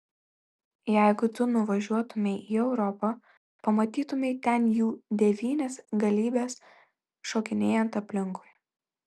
jeigu tu nuvažiuotumei į europą pamatytumei ten jų devynias galybes šokinėjant aplinkui